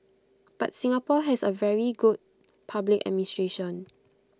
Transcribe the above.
but Singapore has A very good public administration